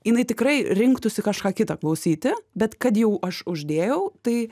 jinai tikrai rinktųsi kažką kitą klausyti bet kad jau aš uždėjau tai